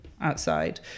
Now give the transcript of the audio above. outside